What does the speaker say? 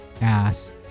ass